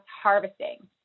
harvesting